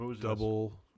double